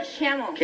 camel